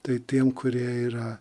tai tiem kurie yra